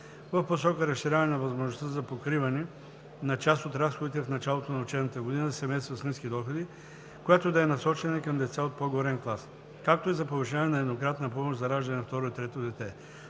в посока разширяване на възможността за покриване на част от разходите в началото на учебната година за семейства с ниски доходи, която да е насочена и към деца от по-горен клас, както и за повишаване на еднократната помощ за раждане на второ и трето дете.